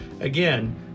Again